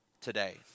today